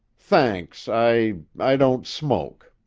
thanks i i don't smoke.